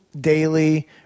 daily